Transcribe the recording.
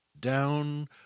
down